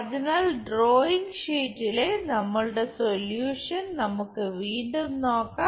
അതിനാൽ ഡ്രോയിംഗ് ഷീറ്റിലെ നമ്മളുടെ സൊല്യൂഷൻ നമുക്ക് വീണ്ടും നോക്കാം